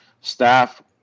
staff